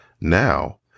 Now